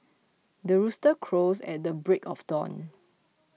the rooster crows at the break of dawn